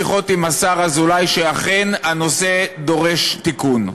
ההצעה הזו טובה לכולם.